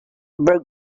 broke